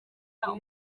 aho